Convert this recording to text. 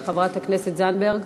שאלה נוספת לחברת הכנסת זנדברג.